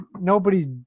nobody's